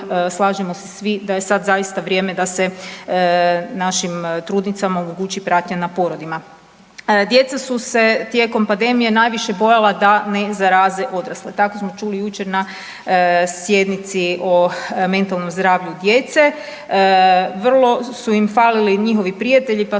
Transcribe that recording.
slažemo se svi da je sada zaista vrijeme da se našim trudnicama omogući pratnja na porodima. Djeca su se tijekom pandemije najviše bojala da ne zaraze odrasle, tako smo čuli jučer na sjednici o mentalnom zdravlju djece. Vrlo su im falili njihovi prijatelji pa